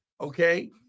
Okay